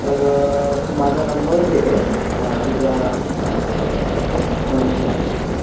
तर तू माझा नंबर दे तुझ्या कोण जे